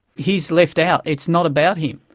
he's left out. it's not about him.